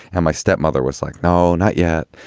and my stepmother was like, no, not yet.